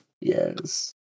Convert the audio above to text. Yes